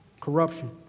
corruption